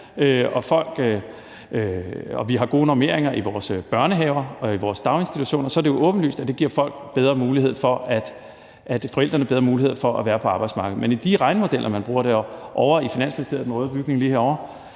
og vi har gode normeringer i vores børnehaver og i vores daginstitutioner, åbenlyst, at det giver forældrene bedre mulighed for at være på arbejdsmarkedet. Men i de regnemodeller, man bruger ovre i Finansministeriet – i den